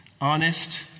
Honest